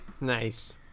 Nice